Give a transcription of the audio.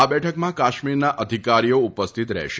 આ બેઠકમાં કાશ્મીરનાં અધિકારીઓ પણ ઉપસ્થિત રહેશે